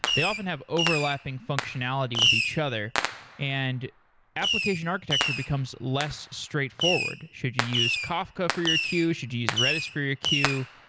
they often have overlapping functionality with each other and application architecture becomes less straightforward should you use kafka for your queue, should you use redis for your queue,